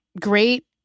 great